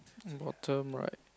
bottom right